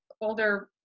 older